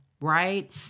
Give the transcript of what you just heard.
right